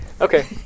Okay